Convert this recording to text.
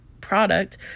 product